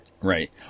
Right